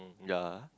ya